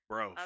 Bro